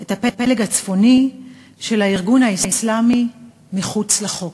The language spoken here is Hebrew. את הפלג הצפוני של הארגון האסלאמי אל מחוץ לחוק.